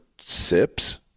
sips